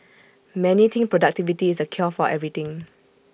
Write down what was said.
many think productivity is the cure for everything